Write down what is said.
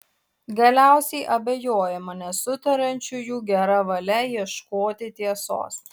galiausiai abejojama nesutariančiųjų gera valia ieškoti tiesos